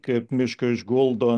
kaip mišką išguldo